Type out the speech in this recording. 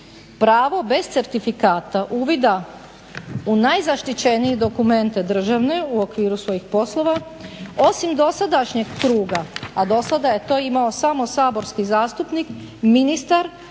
pravo bez certifikata uvida u najzaštićenije dokumente državne u okviru svojih poslova osim dosadašnjeg kruga, a dosada je to imao samo saborski zastupnik, ministar,